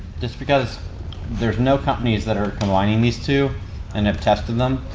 just because there's no companies that are combining these two and have tested them.